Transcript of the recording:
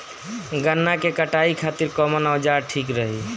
गन्ना के कटाई खातिर कवन औजार ठीक रही?